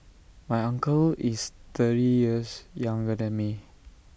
my uncle is thirty years younger than me